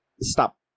stop